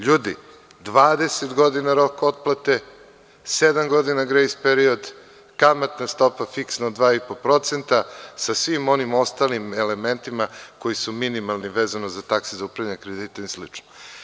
Ljudi, 20 godina rok otplate, sedam godina grejs period, kamatna stopa fiksno 2,5% sa svim onim ostalim elementima koji su minimalni vezano za takse za upravljanje kreditima i slično.